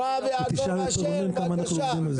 ותשאל את --- כמה אנחנו עובדים על זה.